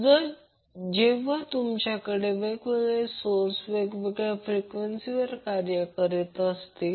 तर जेव्हा तुमच्याकडे वेगवेगळे सोर्स वेगवेगळ्या फ्रिक्वेंसीवर कार्यरत असतील